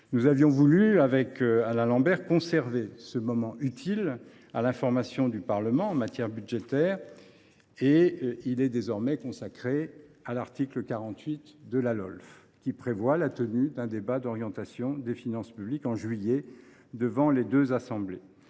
Nous avions voulu, avec Alain Lambert, conserver ce moment, utile à l’information du Parlement en matière budgétaire : il est désormais consacré par l’article 48 de la Lolf, qui prévoit la tenue d’un débat d’orientation des finances publiques en juillet devant les deux assemblées.